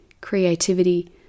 creativity